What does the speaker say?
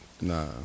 Nah